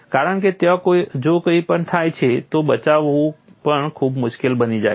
કારણ કે ત્યાં જો કંઈ પણ થાય છે તો બચાવવું પણ ખૂબ મુશ્કેલ બની જાય છે